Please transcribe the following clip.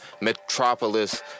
metropolis